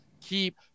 keep